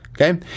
okay